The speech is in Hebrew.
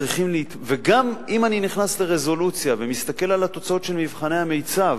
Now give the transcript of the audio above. וגם אם אני נכנס לרזולוציה ומסתכל על התוצאות של מבחני המיצ"ב,